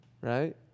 right